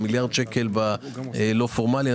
מיליארד שקל בלא פורמלי.